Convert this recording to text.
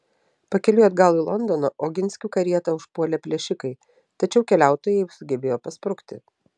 pakeliui atgal į londoną oginskių karietą užpuolė plėšikai tačiau keliautojai sugebėjo pasprukti